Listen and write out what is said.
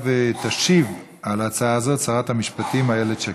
תשיב להצעה הזאת שרת המשפטים איילת שקד.